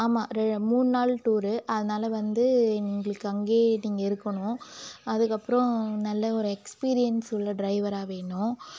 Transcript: ஆமாம் ரெ மூணுநாள் டூரு அதனால் வந்து எங்களுக்கு அங்கேயே நீங்கள் இருக்கணும் அதுக்கப்றம் நல்ல ஒரு எக்ஸ்பீரியன்ஸ் உள்ள ட்ரைவராக வேணும்